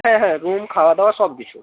হ্যাঁ হ্যাঁ রুম খাওয়া দাওয়া সব কিছু